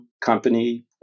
company